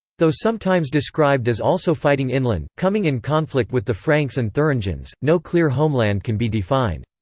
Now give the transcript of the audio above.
though sometimes described as also fighting inland, coming in conflict with the franks and thuringians, no clear homeland can be defined.